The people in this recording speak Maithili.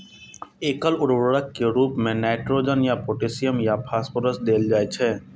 एकल उर्वरक के रूप मे नाइट्रोजन या पोटेशियम या फास्फोरस देल जाइ छै